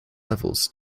levels